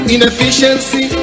Inefficiency